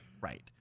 Right